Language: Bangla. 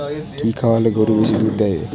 কি খাওয়ালে গরু বেশি দুধ দেবে?